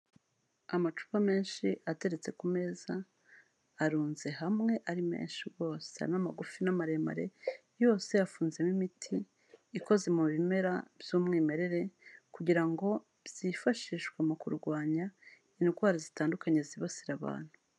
Amacupa menshi ateretse ku meza, arunze hamwe ari menshi rwose. Harimo amagufi n'amaremare, yose afunzemo imiti ikoze mu bimera by'umwimerere, kugira ngo byifashishwe mu kurwanya indwara zitandukanye zibasira abantu.